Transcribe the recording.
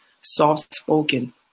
soft-spoken